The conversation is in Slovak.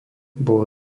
bolo